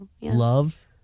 love